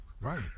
Right